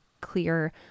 clear